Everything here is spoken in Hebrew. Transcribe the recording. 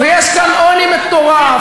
ויש כאן עוני מטורף,